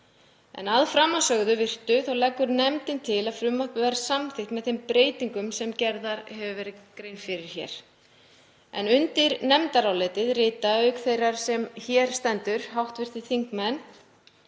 Að framansögðu virtu leggur nefndin til að frumvarpið verði samþykkt með þeim breytingum sem gert hefur verið grein fyrir hér. Undir nefndarálitið rita, auk þeirrar sem hér stendur, hv. þingmenn